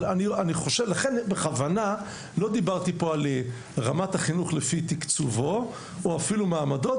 לכן בכוונה לא דיברתי פה על רמת החינוך לפי תקצובו או אפילו מעמדו.